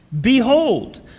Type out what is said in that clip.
Behold